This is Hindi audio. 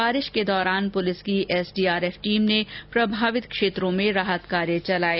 बारिश के दौरान पुलिस की एसडीआरएफ टीम ने प्रमावित क्षेत्रों में राहत कार्य किये